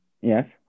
Yes